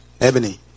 Ebony